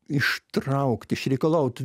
ištraukt išreikalaut